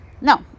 No